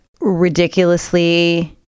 ridiculously